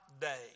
day